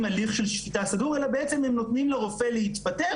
הליך של שפיטה סדור אלא בעצם הם נותנים לרופא להתפטר,